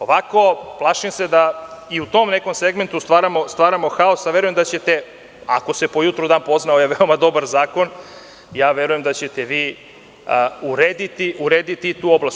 Ovako, plašim se da i u tom nekom segmentu stvaramo haos, a verujem da ćete, ako se po jutru dan poznaje, ovo je veoma dobar zakon, verujem da ćete vi urediti i tu oblast.